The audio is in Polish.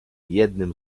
jednym